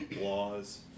laws